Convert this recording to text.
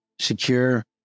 secure